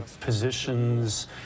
positions